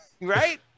Right